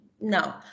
No